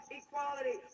equality